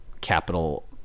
capital